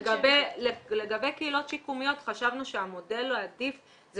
לגבי קהילות שיקומיות חשבנו שהמודל העדיף זה